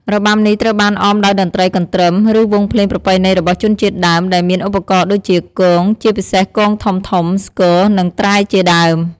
របាំនេះត្រូវបានអមដោយតន្ត្រីកន្ទ្រឹម ឬវង់ភ្លេងប្រពៃណីរបស់ជនជាតិដើម ដែលមានឧបករណ៍ដូចជា គង ជាពិសេសគងធំៗ ស្គរ និងត្រែជាដើម។